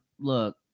look